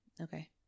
okay